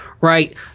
right